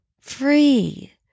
free